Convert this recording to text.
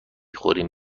خوریم